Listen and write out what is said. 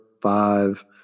five